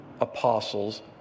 apostles